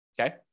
Okay